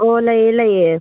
ꯑꯣ ꯂꯩꯌꯦ ꯂꯩꯌꯦ